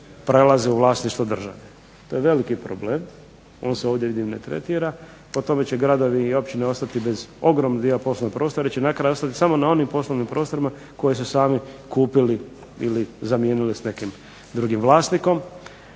prelaze u vlasništvo države. To je veliki problem, on se ovdje vidim ne tretira. Po tome će gradovi i općine ostati bez ogromnog dijela poslovnih prostora ili će na kraju ostati samo na onim poslovnim prostorima koje su sami kupili ili zamijenili s nekim drugim vlasnikom